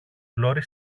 πλώρη